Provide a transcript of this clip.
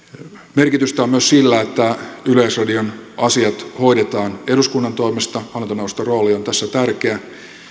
merkitystä on myös sillä että yleisradion asiat hoidetaan eduskunnan toimesta hallintoneuvoston rooli on tässä tärkeä